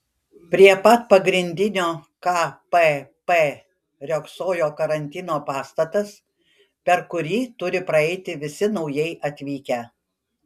prie pat pagrindinio kpp riogsojo karantino pastatas per kurį turi praeiti visi naujai atvykę